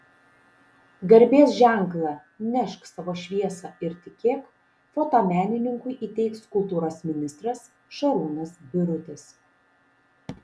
garbės ženklą nešk savo šviesą ir tikėk fotomenininkui įteiks kultūros ministras šarūnas birutis